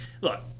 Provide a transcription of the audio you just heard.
Look